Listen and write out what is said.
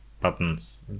buttons